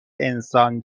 انسان